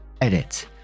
Edit